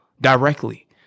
directly